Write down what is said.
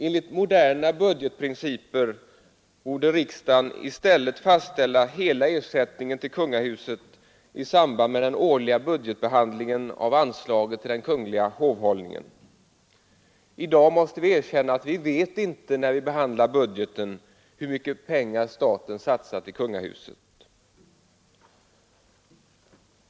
Enligt moderna budgetprinciper borde riksdagen fastställa hela ersättningen till kungahuset i samband med den årliga budgetbehandlingen av anslaget till den kungliga hovhållningen. I dag måste vi erkänna att vi inte när vi behandlar budgeten vet hur mycket pengar som staten satsar till kungahuset.